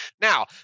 Now